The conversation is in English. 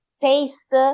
taste